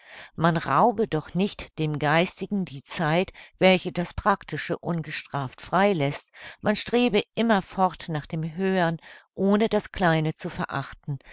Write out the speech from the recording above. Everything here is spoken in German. man raube doch nicht dem geistigen die zeit welche das praktische ungestraft frei läßt man strebe immerfort nach dem höhern ohne das kleine zu verachten